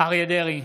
אריה מכלוף דרעי,